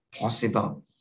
possible